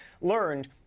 learned